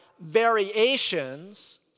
variations